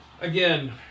again